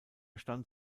stand